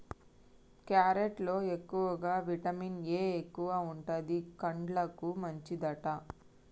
carrot లో ఎక్కువగా vitamin A ఎక్కువుంటది, కండ్లకు మంచిదట